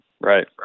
Right